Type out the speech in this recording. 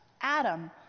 Adam